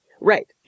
right